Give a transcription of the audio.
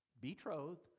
betrothed